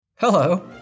Hello